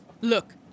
Look